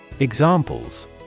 Examples